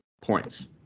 points